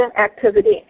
activity